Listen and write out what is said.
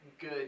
good